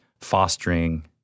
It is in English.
fostering